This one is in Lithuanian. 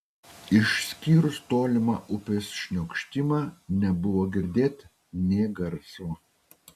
išskyrus tolimą upės šniokštimą nebuvo girdėt nė garso